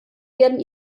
werden